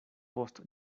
post